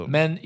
Men